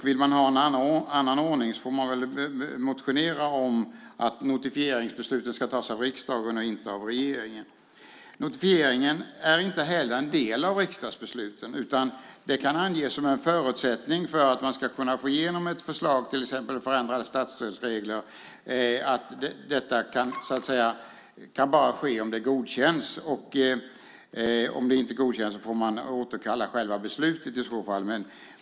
Vill man ha en annan ordning får man väl motionera om att notifieringsbeslut ska fattas av riksdagen och inte av regeringen. Notifieringen är inte heller en del av riksdagsbesluten, utan det kan anges som en förutsättning för att man ska kunna få igenom ett förslag, till exempel förändrade statsstödsregler. Detta kan bara ske om det godkänns. Om det inte godkänns får man i så fall återkalla själva beslutet.